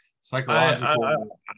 psychological